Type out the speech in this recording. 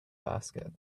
basket